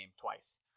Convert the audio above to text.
twice